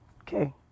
Okay